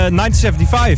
1975